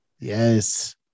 Yes